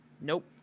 nope